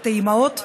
את האימהות,